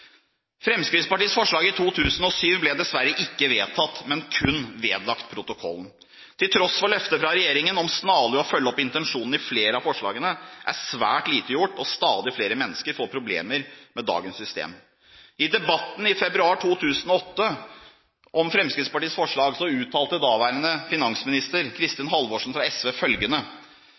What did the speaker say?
Fremskrittspartiets forslag i 2007 ble dessverre ikke vedtatt, men kun vedlagt protokollen. Til tross for løftet fra regjeringen om snarlig å følge opp intensjonen i flere av forslagene, er svært lite gjort, og stadig flere mennesker får problemer med dagens system. I debatten i februar 2008 om Fremskrittspartiets forslag uttalte daværende finansminister, Kristin Halvorsen fra SV, følgende: